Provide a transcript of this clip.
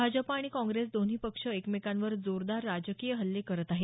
भाजप आणि काँग्रेस दोन्ही पक्ष एकमेकांवर जोरदार राजकीय हल्ले करत आहेत